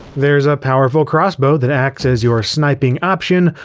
there's a powerful crossbow that acts as your sniping option,